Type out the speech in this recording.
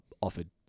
offered